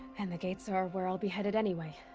and the gates are where i'll be headed anyway.